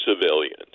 civilians